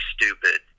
stupid